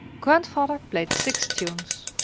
grandfather played six tunes.